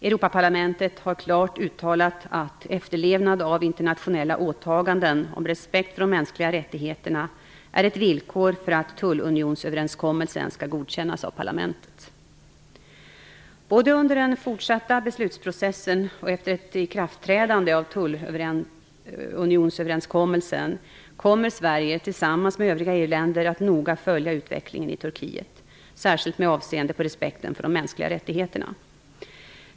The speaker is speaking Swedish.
Europaparlamentet har klart uttalat att efterlevnad av internationella åtaganden om respekt för de mänskliga rättigheterna är ett villkor för att tullunionsöverenskommelsen skall godkännas av parlamentet. Både under den fortsatta beslutsprocessen och efter ett ikraftträdande av tullunionsöverenskommelsen kommer Sverige, tillsammans med övriga EU-länder, att noga följa utvecklingen i Turkiet, särskilt med avseende på respekten för de mänskliga rättigheterna.